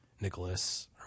Nicholas